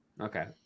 Okay